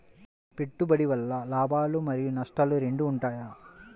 పెట్టుబడి వల్ల లాభాలు మరియు నష్టాలు రెండు ఉంటాయా?